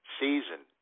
season